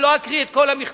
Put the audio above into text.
אני לא אקריא את כל המכתב.